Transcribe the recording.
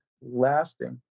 lasting